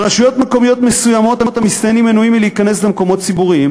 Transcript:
ברשויות מקומיות מסוימות המסתננים מנועים מלהיכנס למקומות ציבוריים,